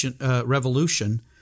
revolution